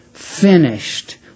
finished